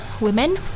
women